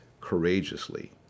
courageously